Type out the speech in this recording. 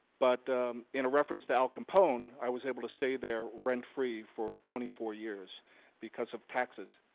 but in a reference to al capone, i was able to stay there rent-free for twenty four years because of taxes.